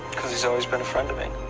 so always been a friend to me